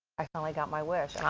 i finally got my wish,